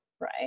Right